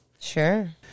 Sure